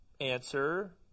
answer